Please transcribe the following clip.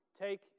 Take